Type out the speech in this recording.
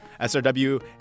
SRW